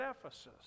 Ephesus